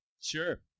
Sure